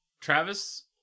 Travis